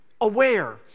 aware